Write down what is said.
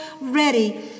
ready